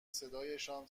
صدایشان